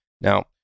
Now